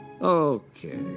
Okay